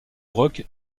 rock